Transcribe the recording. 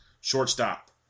Shortstop